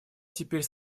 теперь